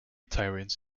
tyrants